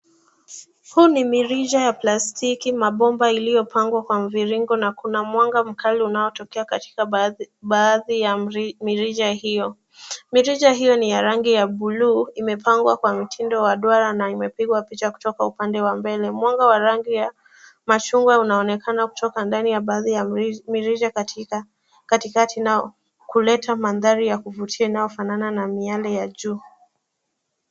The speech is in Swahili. Huu ni mirija ya plastiki, mabomba iliyopangwa kwa mviringo na kuna mwanga mkali unaotokea katika baadhi ya mirija hio. Mirija hio ni ya rangi ya buluu, imepangwa kwa mtindo wa duara na imepigwa picha kutoka upande wa mbele. Mwanga wa rangi ya machungwa unaonekana kutoka ndani ya baadhi ya mirija katikati nao kuleta mandhari ya kuvutia inaofanana miale ya jua.